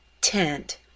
tent